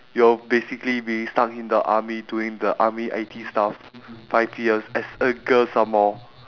you'll basically be stuck in the army doing the army I_T stuff five years as a girl some more